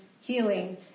healing